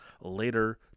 later